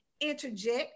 interject